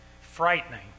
Frightening